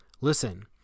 Listen